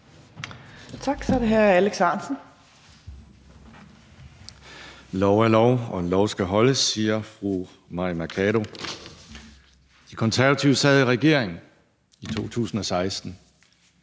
Kl. 12:55 Alex Ahrendtsen (DF): Lov er lov, og lov skal holdes, siger fru Mai Mercado. De Konservative sad i regering i 2016.